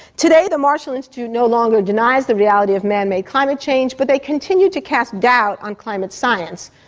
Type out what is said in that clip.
today the marshall institute no longer denies the reality of manmade climate change, but they continue to cast doubt on climate science.